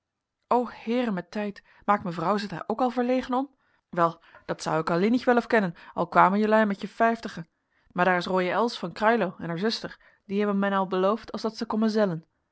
o heere men tijd maakt mevrouw zich daar ook al verlegen om wel dat zou ik allienig wel of kennen al kwam jelui met je vijftigen maar daar is rooie els van crailo en er zuster die hebben men al beloofd als dat ze kommen zellen